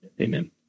Amen